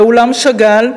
באולם שאגאל,